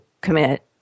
commit